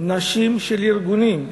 נשים של ארגונים,